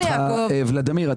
ולדימיר,